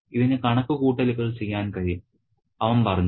ഇതിന് കണക്കുകൂട്ടലുകൾ ചെയ്യാൻ കഴിയും അവൻ പറഞ്ഞു